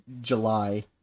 July